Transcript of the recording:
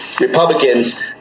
republicans